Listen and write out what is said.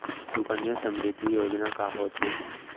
सुकन्या समृद्धि योजना का होथे